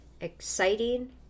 exciting